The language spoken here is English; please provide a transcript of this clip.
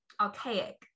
archaic